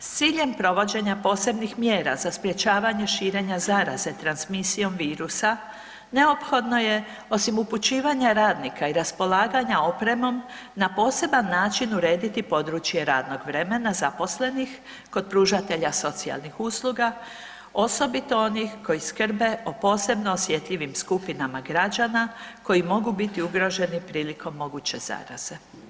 S ciljem provođenja posebnih mjera za sprječavanje širenja zaraze transmisijom virusa neophodno je osim upućivanja radnika i raspolaganja opremom na poseban način urediti područje radnog vremena zaposlenih kod pružatelja socijalnih usluga osobito onih koji skrbe o posebno osjetljivim skupinama građana koji mogu biti ugroženi prilikom moguće zaraze.